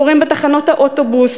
תורים בתחנות האוטובוס,